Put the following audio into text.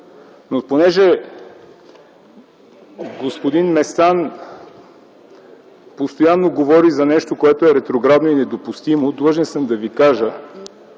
Понеже господин Местан постоянно говори за нещо, което е ретроградно и недопустимо, длъжен съм да ви кажа,